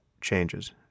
changes